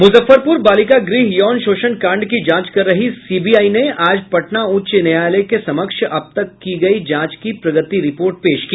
मूजफ्फरपूर बालिका गृह यौन शोषण कांड की जांच कर रही सीबीआई ने आज पटना उच्च न्यायालय के समक्ष अब तक की गयी जांच की प्रगति रिपोर्ट पेश की